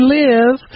live